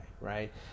Right